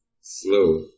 slow